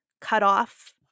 cutoff